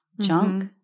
junk